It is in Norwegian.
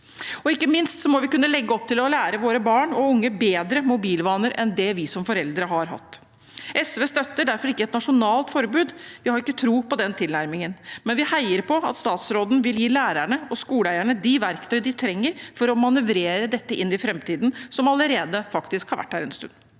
Ikke minst må vi kunne legge opp til å lære våre barn og unge bedre mobilvaner enn det vi som foreldre har hatt. SV støtter derfor ikke et nasjonalt forbud, vi har ikke tro på den tilnærmingen, men vi heier på at statsråden vil gi lærerne og skoleeierne de verktøy de trenger for å manøvrere dette inn i framtiden, som faktisk har vært her en stund